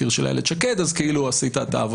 אנחנו נמצאים בסכנה שלא קיימת במדינות שיש בהן